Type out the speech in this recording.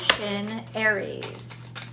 Aries